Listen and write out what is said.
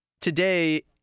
today